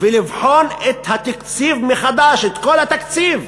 ולבחון את התקציב מחדש, את כל התקציב,